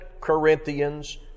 Corinthians